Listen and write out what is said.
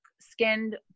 skinned